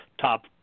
top